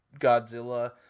Godzilla